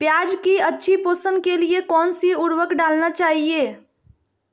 प्याज की अच्छी पोषण के लिए कौन सी उर्वरक डालना चाइए?